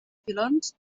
filons